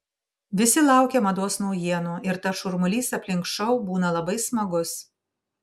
visi laukia mados naujienų ir tas šurmulys aplink šou būna labai smagus